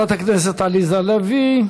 תודה לחברת הכנסת עליזה לביא.